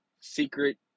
secret